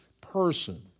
person